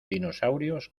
dinosaurios